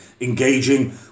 engaging